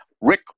Rick